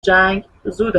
جنگ، زود